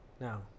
now